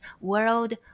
world